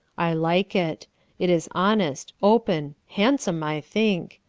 i like it it is honest, open, handsome, i think.